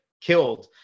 killed